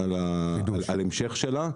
על המשך שלה.